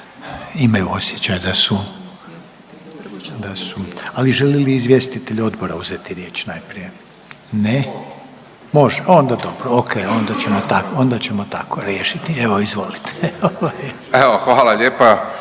se ne čuje./... ali žele li izvjestitelji odbora uzeti riječ, najprije? Ne. Može. Onda dobro, onda ćemo tako riješiti. Evo, izvolite. **Pavić, Marko